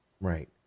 right